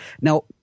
Now